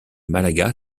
malaga